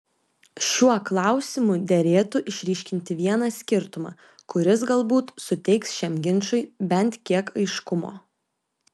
šiuo klausimu derėtų išryškinti vieną skirtumą kuris galbūt suteiks šiam ginčui bent kiek aiškumo